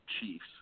Chiefs